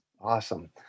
Awesome